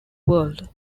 world